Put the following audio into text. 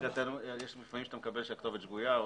לפעמים אתה מקבל שהכתובת שגויה.